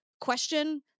question